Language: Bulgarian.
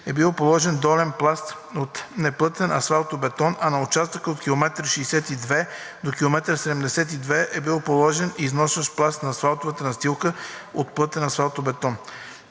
е бил положен долен пласт от неплътен асфалтобетон, а на участъка от км 62 до км 72 е бил положен износващ пласт на асфалтовата настилка от плътен асфалтобетон.